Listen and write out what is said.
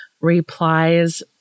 replies